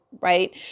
right